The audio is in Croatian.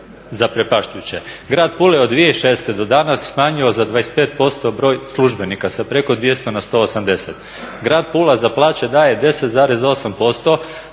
zaprepašćujuće. Grad Pula je od 2006. do danas smanjio za 25% broj službenika sa preko 200 na 180. Grad Pula za plaće daje 10,8%